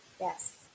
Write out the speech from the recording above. Yes